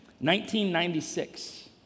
1996